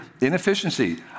inefficiency